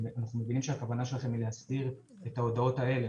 אנחנו מבינים שהכוונה שלכם היא להסדיר את ההודעות האלה,